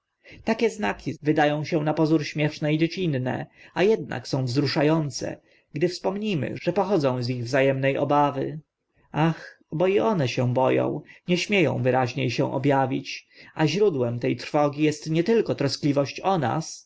takie znaki wyda ą się na pozór śmieszne i dziecinne a ednak są wzrusza ące gdy wspomnimy że pochodzą z ich wza emne obawy ach bo i one się bo ą nie śmieą wyraźnie się ob awić a źródłem te trwogi est nie tylko troskliwość o nas